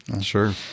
Sure